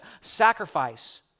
sacrifice